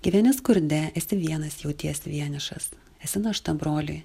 gyveni skurde esi vienas jautiesi vienišas esi našta broliui